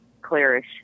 clearish